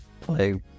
play